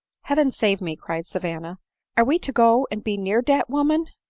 heaven save me! cried savanna are we to go and be near dat woman?